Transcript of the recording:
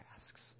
tasks